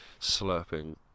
slurping